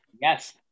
Yes